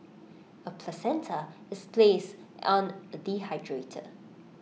A placenta is placed on A dehydrator